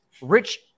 Rich